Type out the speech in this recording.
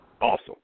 awesome